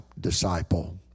disciple